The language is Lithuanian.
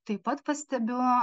taip pat pastebiu